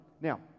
Now